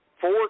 four